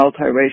multiracial